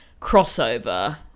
crossover